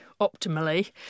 optimally